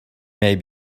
may